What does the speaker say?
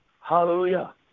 Hallelujah